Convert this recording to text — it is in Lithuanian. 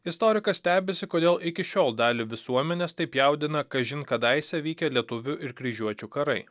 istorikas stebisi kodėl iki šiol dalį visuomenės taip jaudina kažin kadaise vykę lietuvių ir kryžiuočių karai